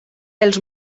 els